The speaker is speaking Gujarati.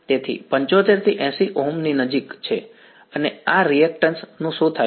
તે 75 થી 80 ઓહ્મ ની નજીક છે અને આ રીએક્ટન્શ નું શું થાય છે